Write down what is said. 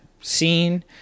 scene